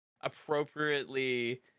appropriately